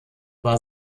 war